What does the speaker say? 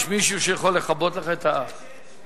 יש מישהו שיכול לכבות לך את המיקרופון?